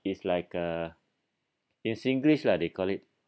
it's like uh in singlish lah they call it